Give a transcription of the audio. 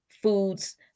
foods